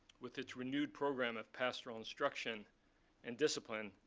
with its renewed program of pastoral instruction and discipline,